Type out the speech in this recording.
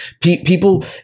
People